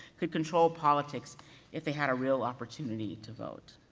could control politics if they had a real opportunity to vote.